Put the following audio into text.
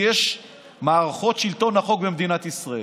יש מערכות שלטון חוק במדינת ישראל.